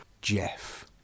jeff